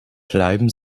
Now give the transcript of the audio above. bleiben